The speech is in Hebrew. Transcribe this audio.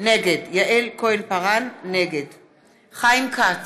נגד חיים כץ,